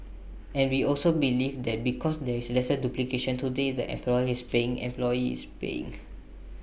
and we also believe that because there is lesser duplication today the employee is paying employee is paying